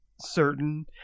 certain